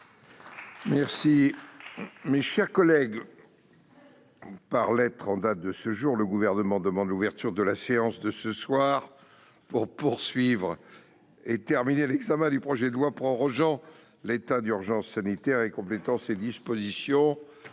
débattre avec vous. Par lettre en date de ce jour, le Gouvernement demande l'ouverture de la séance de ce soir pour poursuivre et terminer l'examen du projet de loi prorogeant l'état d'urgence sanitaire et complétant ses dispositions.